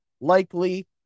likely